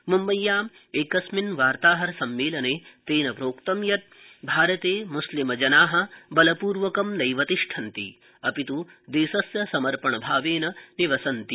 म्म्बय्याम् एकस्मिन् वार्ताहर सम्मेलने तेन प्रोक्तम यत भारते मुस्लिमजना बलपर्वकं नैव तिष्ठन्ति अपित् देशस्य समर्पण भावेन निवसन्ति